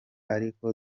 ariko